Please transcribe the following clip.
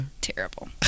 Terrible